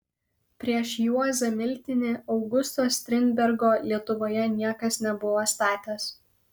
prieš juozą miltinį augusto strindbergo lietuvoje niekas nebuvo statęs